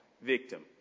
victim